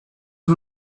who